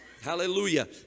Hallelujah